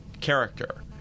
character